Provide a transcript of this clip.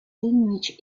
language